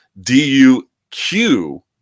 D-U-Q